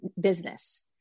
business